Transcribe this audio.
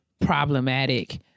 problematic